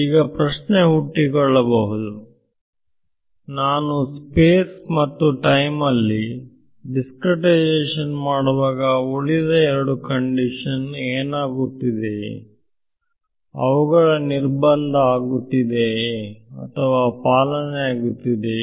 ಈಗ ಪ್ರಶ್ನೆ ಹುಟ್ಟಿಕೊಳ್ಳಬಹುದು ನಾನು ಸ್ಪೇಸ್ ಮತ್ತು ಟೈಮ್ನಲ್ಲಿ ದಿಸ್ಕ್ರೇಟೈಸೇಶನ್ ಮಾಡುವಾಗ ಉಳಿದ 2 ಕಂಡೀಶನ್ ಏನಾಗುತ್ತಿದೆ ಅವುಗಳ ನಿರ್ಬಂಧ ಆಗುತ್ತಿದೆಯೇ ಅಥವಾ ಪಾಲನೆಯಾಗುತ್ತಿದೆಯೇ